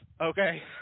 okay